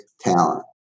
talent